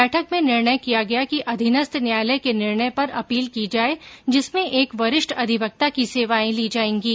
बैठक में निर्णय किया गया कि अधीनस्थ न्यायालय के निर्णय पर अपील की जाए जिसमें एक वरिष्ठ अधिवक्ता की सेवाएं ली जाएंगी